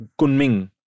Kunming